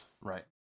Right